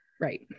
right